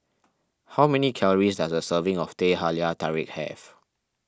how many calories does a serving of Teh Halia Tarik have